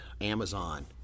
amazon